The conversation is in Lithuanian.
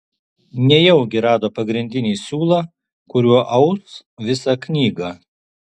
nejaugi rado pagrindinį siūlą kuriuo aus visą knygą